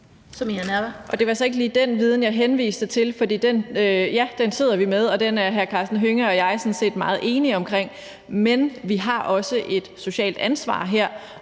Det var så ikke lige den viden, jeg henviste til, for den sidder vi med, og den er hr. Karsten Hønge og jeg sådan set meget enige om. Men vi har også et socialt ansvar her,